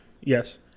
Yes